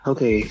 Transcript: Okay